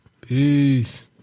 peace